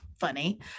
funny